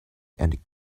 and